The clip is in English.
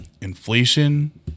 inflation